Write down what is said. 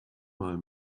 mal